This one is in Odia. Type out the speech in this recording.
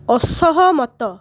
ଅସହମତ